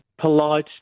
polite